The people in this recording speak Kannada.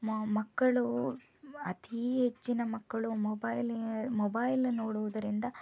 ಮಕ್ಕಳು ಅತೀ ಹೆಚ್ಚಿನ ಮಕ್ಕಳು ಮೊಬೈಲ್ ಮೊಬೈಲ್ ನೋಡುವುದರಿಂದ